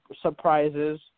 surprises